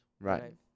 Right